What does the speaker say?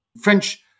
French